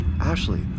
Ashley